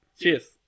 Cheers